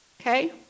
Okay